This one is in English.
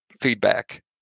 feedback